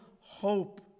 hope